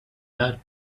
laughed